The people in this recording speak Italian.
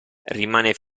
rimane